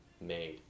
made